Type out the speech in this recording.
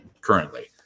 currently